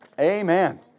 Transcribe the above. Amen